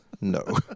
No